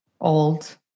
old